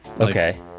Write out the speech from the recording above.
Okay